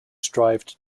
strived